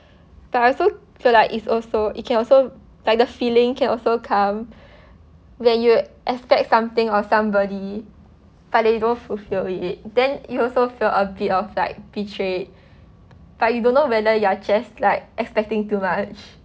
but also feel like is also it can also like the feeling can also come when you expect something or somebody but they don't fulfil it then you also feel a bit of like betrayed but you don't know whether you're just like expecting too much